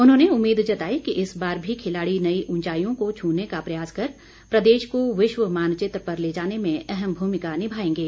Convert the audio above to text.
उन्होंने उम्मीद जताई कि इस बार भी खिलाड़ी नई ऊंचाईयों को छूने का प्रयास कर प्रदेश को विश्व मानचित्र पर ले जाने में अहम भूमिका निभाएंगे